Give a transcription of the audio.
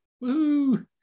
Woo